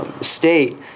state